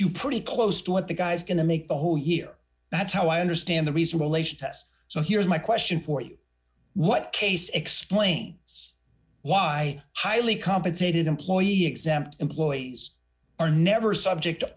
you pretty close to what the guy's going to make the whole year that's how i understand the reason relation to us so here's my question for you what case explains why highly compensated employee exempt employees are never subject